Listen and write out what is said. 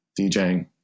DJing